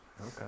Okay